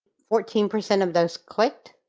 fourteen percent of those clicked